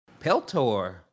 Peltor